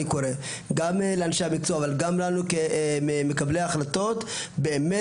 גם לאנשי המקצוע אבל גם לנו כמקבלי ההחלטות באמת